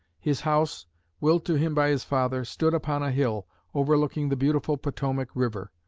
his house, willed to him by his father, stood upon a hill overlooking the beautiful potomac river.